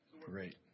Great